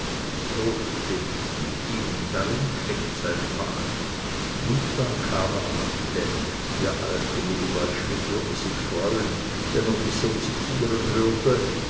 so steht es mit ihm und darin steckt seine macht gutta cavat lapidem der alte wilibald schmidt würde sich freuen wenn er mich so zitieren hörte